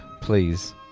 Please